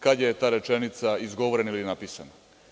Kad je ta rečenica izgovorena ili napisana?